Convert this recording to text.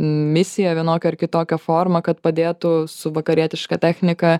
misija vienokia ar kitokia forma kad padėtų su vakarietiška technika